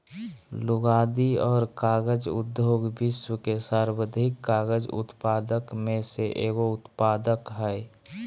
लुगदी और कागज उद्योग विश्व के सर्वाधिक कागज उत्पादक में से एगो उत्पाद हइ